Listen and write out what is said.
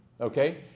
okay